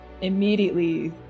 immediately